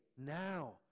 now